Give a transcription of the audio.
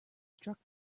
struck